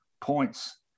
points